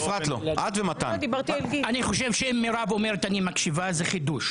אני חושבת שאם מירב אומרת אני מקשיבה, זה חידוש.